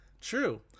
True